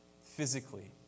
physically